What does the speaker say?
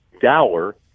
Dower